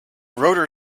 rotor